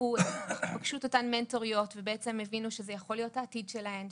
הן פגשו את אותן המנטוריות ובעצם הבינו שזה יכול להיות העתיד שלהן,